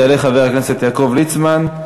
יעלה חבר הכנסת יעקב ליצמן.